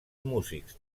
músics